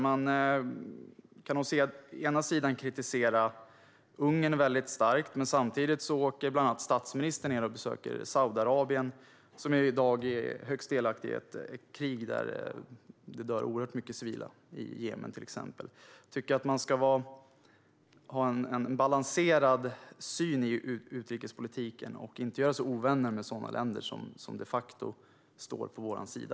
Å ena sidan kritiserar man Ungern starkt, men å andra sidan åker bland andra statsministern och besöker Saudiarabien, som i dag är högst delaktigt i ett krig i Jemen där det dör oerhört många civila. Jag tycker att man ska ha en balanserad syn i utrikespolitiken och inte göra sig ovän med länder som de facto står på vår sida.